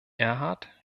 erhard